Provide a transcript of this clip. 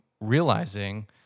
realizing